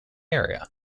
area